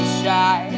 shy